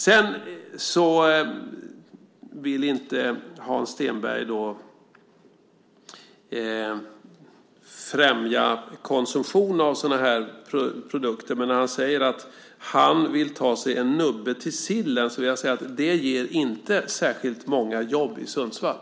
Hans Stenberg vill inte främja konsumtion av sådana produkter. Men när han säger att han vill ta sig en nubbe till sillen, så vill jag säga att det inte ger särskilt många jobb i Sundsvall.